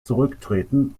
zurücktreten